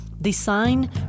design